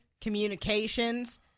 communications